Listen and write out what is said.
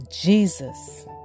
Jesus